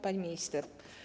Pani Minister!